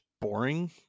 boring